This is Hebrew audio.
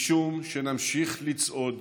משום שנמשיך לצעוד